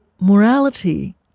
morality